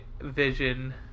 vision